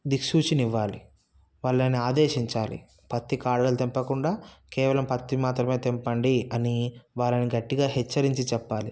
దిక్సూచిని ఇవ్వాలి వాళ్ళని ఆదేశించాలి పత్తి కాడలు తెంపకుండా కేవలం పత్తి మాత్రమే తెంపండి అని వాళ్ళని గట్టిగా హెచ్చరించి చెప్పాలి